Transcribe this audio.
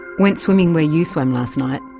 went swimming where you swam last night.